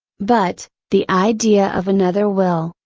but, the idea of another will,